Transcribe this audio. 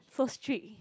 so strict